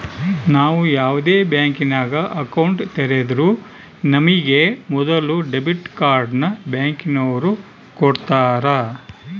ನಾವು ಯಾವ್ದೇ ಬ್ಯಾಂಕಿನಾಗ ಅಕೌಂಟ್ ತೆರುದ್ರೂ ನಮಿಗೆ ಮೊದುಲು ಡೆಬಿಟ್ ಕಾರ್ಡ್ನ ಬ್ಯಾಂಕಿನೋರು ಕೊಡ್ತಾರ